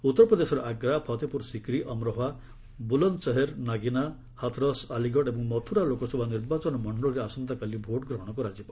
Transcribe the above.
ଉତ୍ତର ପ୍ରଦେଶର ଆଗ୍ରା ଫତେପୁର ସିକ୍ରି ଅମ୍ରୋହା ବୁଲନ୍ଦସହେର ନାଗିନା ହାଥ୍ରସ୍ ଆଲିଗଡ଼ ଏବଂ ମଥ୍ରରା ଲୋକସଭା ନିର୍ବାଚନ ମଣ୍ଡଳୀରେ ଆସନ୍ତାକାଲି ଭୋଟ୍ଗ୍ରହଣ କରାଯିବ